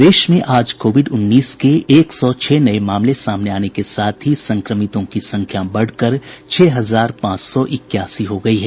प्रदेश में आज कोविड उन्नीस के एक सौ छह नये मामले सामने आने के साथ ही संक्रमितों की संख्या बढ़कर छह हजार पांच सौ इक्यासी हो गयी है